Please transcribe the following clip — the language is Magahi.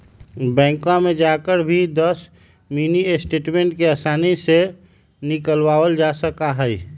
बैंकवा में जाकर भी दस मिनी स्टेटमेंट के आसानी से निकलवावल जा सका हई